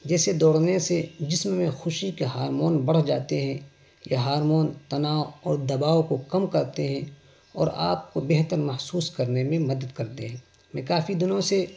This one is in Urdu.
جیسے دوڑنے سے جسم میں خوشی کے ہارمون بڑھ جاتے ہیں یا ہارمون تناؤ اور دباؤ کو کم کرتے ہیں اور آپ کو بہتر محسوس کرنے میں مدد کرتے ہیں میں کافی دنوں سے